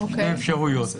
שתי אפשרויות.